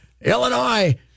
Illinois